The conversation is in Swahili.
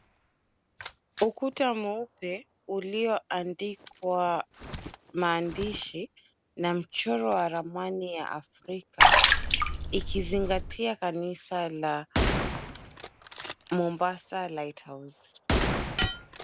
Ukuta mweupe ulio andikwa maandishi na mchoro wa ramani ya Afrika ikizingatia kanisa la Mombasa Light House .